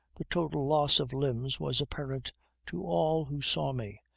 the total loss of limbs was apparent to all who saw me,